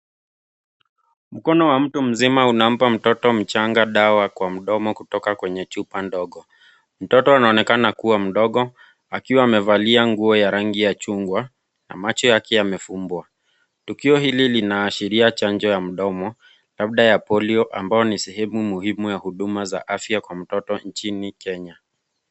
Mkono wa mtu mzima unampa mtoto mchanga dawa kwa mdomo kwa mdomo kutoka kwenye chupa ndogo, mtoto anaonekana kua mdogo akiwa amevalia nguo ya rangi ya chungwa na macho yake yamefumbwa, tukio hilli linaashiria chanjo ya mdomo labda ya polio ambayo ni sehemu muhimu ya huduma za afya kwa mtoto nchini Kenya.